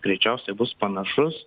greičiausiai bus panašus